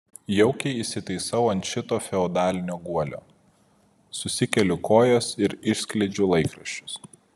jaukiai įsitaisau ant šito feodalinio guolio susikeliu kojas ir išskleidžiu laikraščius